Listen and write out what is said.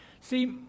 See